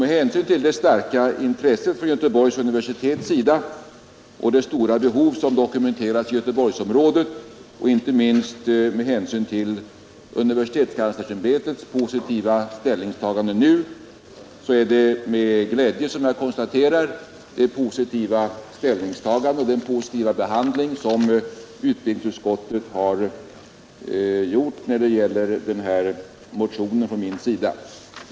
Med hänsyn till det starka intresse från Göteborgs universitet och det stora behov som dokumenterats i Göteborgsområdet, inte minst med hänsyn till universitetskanslersämbetets positiva ställningstagande i detta sammanhang, är det med glädje som jag konstaterar utbildningsutskottets positiva ställningstagande och behandling av min motion.